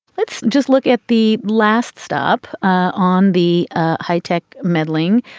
let's just look at the last stop on the ah high tech meddling.